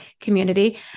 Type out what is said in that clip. community